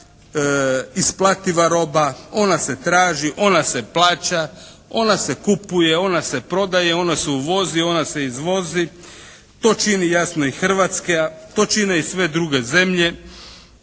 isplativa roba, ona se traži, ona se plaća, ona se kupuje, ona se prodaje, ona se uvozi, ona se izvozi, to čini jasno i Hrvatska, to čine i sve druge zemlje